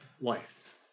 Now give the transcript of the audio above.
life